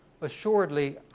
Assuredly